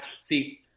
see